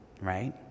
right